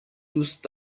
دوست